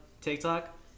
TikTok